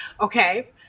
Okay